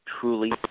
truly